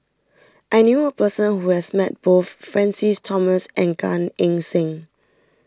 I knew a person who has met both Francis Thomas and Gan Eng Seng